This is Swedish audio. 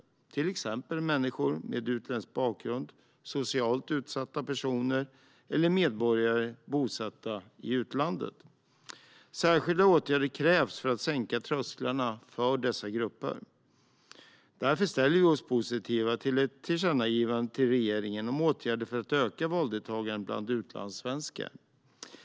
Det gäller till exempel människor med utländsk bakgrund, socialt utsatta personer eller medborgare bosatta i utlandet. Särskilda åtgärder krävs för att sänka trösklarna för dessa grupper. Därför ställer vi oss positiva till ett tillkännagivande till regeringen om åtgärder för att öka valdeltagandet bland utlandssvenskar.